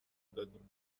دادیم